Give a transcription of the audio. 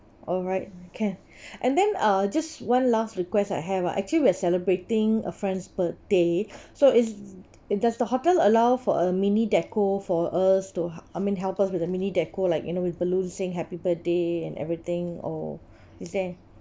alright can and then uh just one last request I have ah actually we're celebrating a friend's birthday so is does the hotel allow for a mini deco for us to I mean help us with the mini deco like you know with balloon sing happy birthday and everything or is there